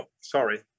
sorry